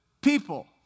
people